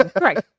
right